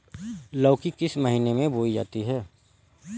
लौकी किस महीने में बोई जाती है?